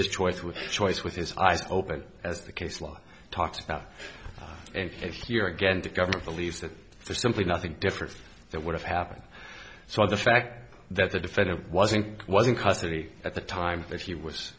his choice with choice with his eyes open as the case law talks about and here again the government believes that there's simply nothing different that would have happened so the fact that the defendant was ink was in custody at the time that he was